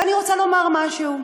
ואני רוצה לומר משהו: